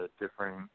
different